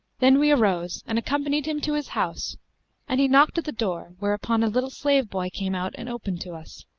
then we arose and accompanied him to his house and he knocked at the door, whereupon a little slave-boy came out and opened to us.